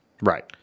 Right